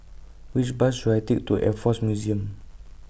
Which Bus should I Take to Air Force Museum